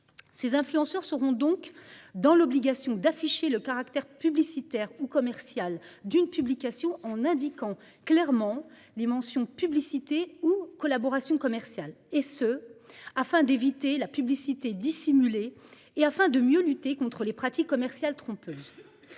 Ces influenceurs seront désormais obligés d'afficher le caractère publicitaire ou commercial d'une publication, en indiquant clairement les mentions « publicité » ou « collaboration commerciale », afin d'éviter la publicité dissimulée et de lutter plus efficacement contre les pratiques commerciales trompeuses.